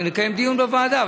נקיים דיון בוועדה.